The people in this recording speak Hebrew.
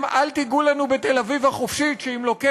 'אל תיגעו לנו בתל-אביב החופשית' שאם לא כן,